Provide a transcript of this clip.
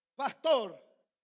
Pastor